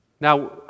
Now